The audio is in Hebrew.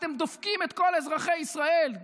אתם דופקים את כל אזרחי ישראל.